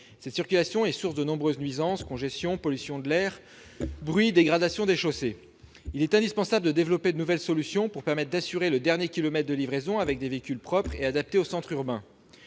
Cette circulation est source de nombreuses nuisances : congestion, pollution de l'air, bruit, dégradation des chaussées ... Il est indispensable de développer de nouvelles solutions pour permettre d'assurer le dernier kilomètre de livraison avec des véhicules propres et adaptés aux centres urbains.